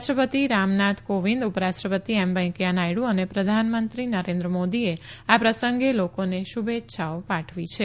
રાષ્ટ્રપતિ રામ નાથ કોવિંદ ઉપરાષ્ટ્રપતિ એમ વેંકૈયા નાયડુ અને પ્રધાનમંત્રી નરેન્દ્ર મોદીએ આ પ્રસંગે લોકોને શુભ્રેચ્છાઓ પાઠવી છે